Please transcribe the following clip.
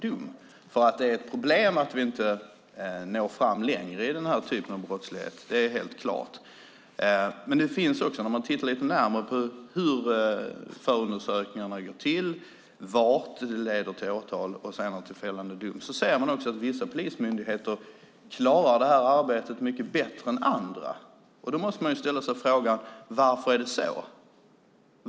Det är helt klart ett problem att vi inte når längre i den här typen av brottslighet. När man tittar lite närmare på hur förundersökningarna går till och var de leder till åtal och till fällande dom ser man att vissa polismyndigheter klarar det arbetet mycket bättre än andra. Då måste man ställa sig frågan: Varför är det så?